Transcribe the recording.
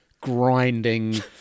grinding